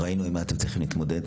ראינו עם מה אתם צריכים להתמודד.